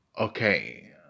Okay